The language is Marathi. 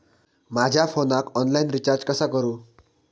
माझ्या फोनाक ऑनलाइन रिचार्ज कसा करू?